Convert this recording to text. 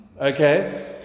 Okay